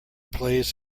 plays